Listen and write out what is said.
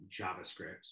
JavaScript